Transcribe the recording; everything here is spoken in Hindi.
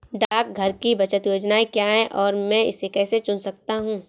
डाकघर की बचत योजनाएँ क्या हैं और मैं इसे कैसे चुन सकता हूँ?